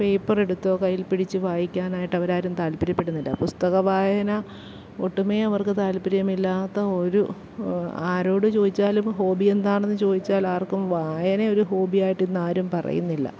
പേപ്പറെടുത്തോ കയ്യിൽപ്പിടിച്ച് വായിക്കാനായിട്ട് അവരാരും താല്പര്യപ്പെടുന്നില്ല പുസ്തകവായന ഒട്ടുമേ അവർക്ക് താല്പര്യമില്ലാത്ത ഒരു ആരോട് ചോദിച്ചാലും ഹോബിയെന്താണെന്ന് ചോദിച്ചാൽ ആർക്കും വായന ഒരു ഹോബിയായിട്ട് ഇന്നാരും പറയുന്നില്ല